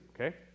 okay